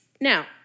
Now